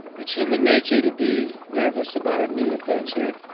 it's human nature to be nervous about a new adventure,